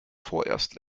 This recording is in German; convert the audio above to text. vorerst